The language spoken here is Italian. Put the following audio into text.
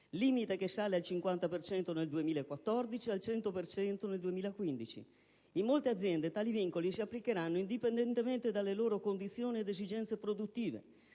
limite che sale al 50 per cento nel 2014 e al 100 per cento nel 2015. In molte aziende tali vincoli si applicheranno indipendentemente dalle loro condizioni ed esigenze produttive.